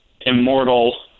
immortal